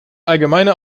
allgemeine